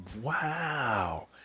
wow